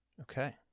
Okay